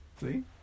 see